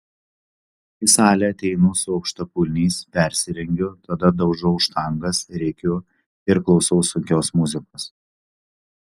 į salę ateinu su aukštakulniais persirengiu tada daužau štangas rėkiu ir klausau sunkios muzikos